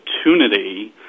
opportunity